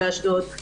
אשדוד.